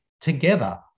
together